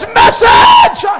message